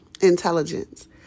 intelligence